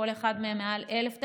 בכל אחד מהם מעל 1,000 תלמידים,